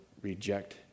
reject